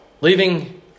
leaving